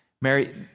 Mary